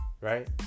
right